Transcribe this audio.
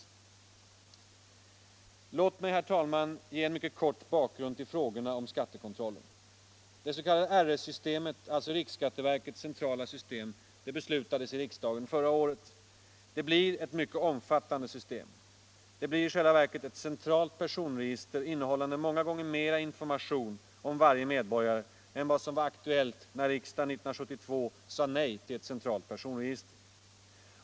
enskildas ekono Låt mig, herr talman, ge en mycket kort bakgrund till frågorna om miska förhållanskattekontrollen. den RS-systemet, alltså riksskatteverkets centrala system, beslutades i riksdagen förra året. Det blir ett mycket omfattande system. Det blir i själva verket ett centralt personregister innehållande många gånger mera information om varje medborgare än vad som var aktuellt när riksdagen 1972 sade nej till ett centralt personregister.